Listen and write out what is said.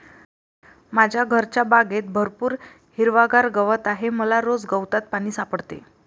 माझ्या घरच्या बागेत भरपूर हिरवागार गवत आहे मला रोज गवतात पाणी सापडते